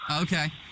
Okay